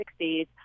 1960s